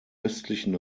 östlichen